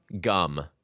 gum